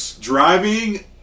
driving